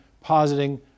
positing